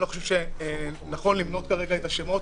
אני לא חושב שנכון למנות כרגע את השמות,